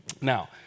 Now